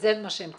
וזה מה שהם צריכים.